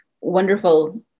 wonderful